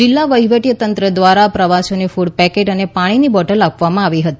જિલ્લા વહીવટી તંત્ર દ્વારા પ્રવાસીઓને કૂડ પેકેટ અને પાણીની બોટલ આપવામાં આવી હતી